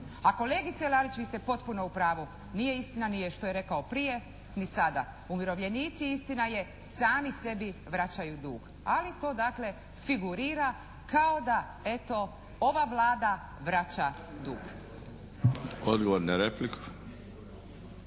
A kolegice Lalić vi ste potpuno u pravu. Nije istina ni što je rekao prije, ni sada. Umirovljenici istina je sami sebi vraćaju dug. Ali to dakle figurira kao da eto ova Vlada vraća dug. **Milinović,